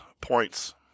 points